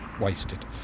wasted